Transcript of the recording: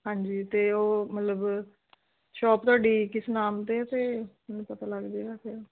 ਹਾਂਜੀ ਅਤੇ ਉਹ ਮਤਲਬ ਸ਼ੋਪ ਤੁਹਾਡੀ ਕਿਸ ਨਾਮ 'ਤੇ ਹੈ ਅਤੇ ਮੈਨੂੰ ਪਤਾ ਲੱਗ ਜੇਗਾ ਫਿਰ